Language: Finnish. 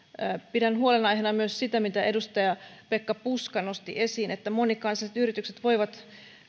pidän huolenaiheena myös sitä mitä edustaja pekka puska nosti esiin että monikansalliset yritykset voivat